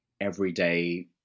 everyday